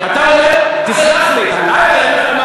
אתה אומר, תסלח לי, כן.